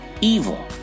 evil